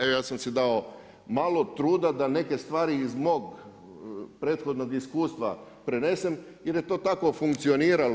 Evo ja sam si dao malo truda da neke stvari iz mog prethodnog iskustva prenesem jer je to tako funkcioniralo.